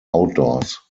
outdoors